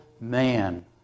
man